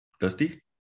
Dusty